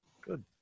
Good